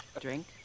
Drink